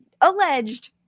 alleged